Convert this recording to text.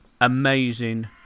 amazing